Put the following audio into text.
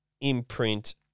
Imprint